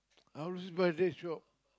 I was this buy that shop